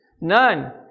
None